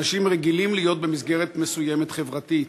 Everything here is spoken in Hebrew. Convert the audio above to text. אנשים רגילים להיות במסגרת מסוימת, חברתית,